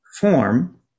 form